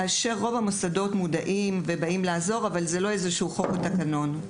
רוב המוסדות שמחים לעזור אבל לא מדובר בחוק או בתקנון.